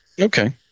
Okay